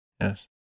yes